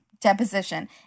deposition